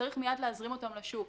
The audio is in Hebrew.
צריך מיד להזרים אותם לשוק.